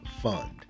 Fund